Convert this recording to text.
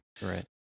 Right